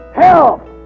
help